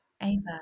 Ava